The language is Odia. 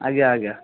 ଆଜ୍ଞା ଆଜ୍ଞା